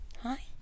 Hi